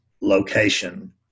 location